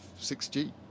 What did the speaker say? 6G